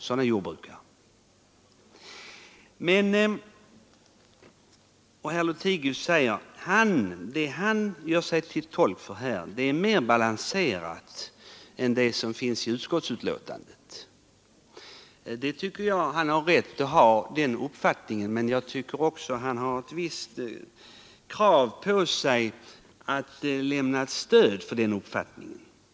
Herr Lothigius säger också att hans åsikter är mer balanserade än de som finns i utskottets betänkande. Jag tycker han har rätt att ha den uppfattningen, men han har också ett visst krav på sig att lämna stöd för den.